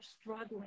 struggling